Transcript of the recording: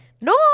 No